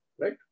right